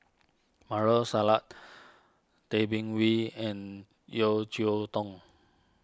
Maarof Salleh Tay Bin Wee and Yeo Cheow Tong